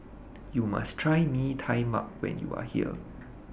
YOU must Try Mee Tai Mak when YOU Are here